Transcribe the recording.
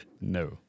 No